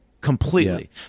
Completely